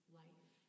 life